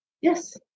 Yes